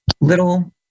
little